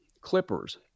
clippers